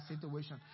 situation